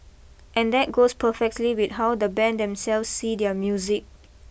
and that goes perfectly with how the band themselves see their music